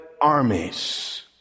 armies